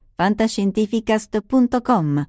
fantascientificast.com